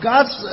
God's